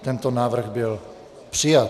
Tento návrh byl přijat.